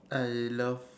I love